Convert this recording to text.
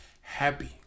happy